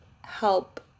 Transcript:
help